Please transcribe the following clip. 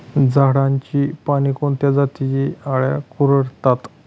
झाडाची पाने कोणत्या जातीच्या अळ्या कुरडतात?